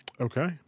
Okay